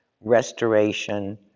restoration